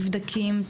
מבדקים,